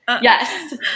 Yes